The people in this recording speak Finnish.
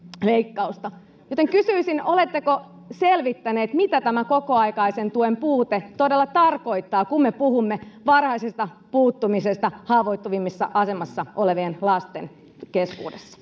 leikkausta joten oletteko selvittänyt mitä tämä kokoaikaisen tuen puute todella tarkoittaa kun me puhumme varhaisesta puuttumisesta haavoittuvimmassa asemassa olevien lasten keskuudessa